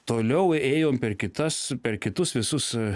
toliau ėjom per kitas per kitus visus e